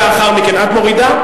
את מורידה?